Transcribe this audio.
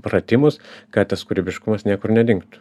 pratimus kad tas kūrybiškumas niekur nedingtų